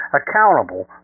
accountable